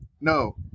No